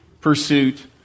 pursuit